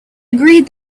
agreed